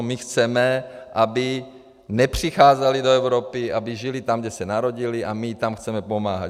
My chceme, aby nepřicházeli do Evropy, aby žili tam, kde se narodili, a my jim tam chceme pomáhat.